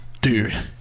Dude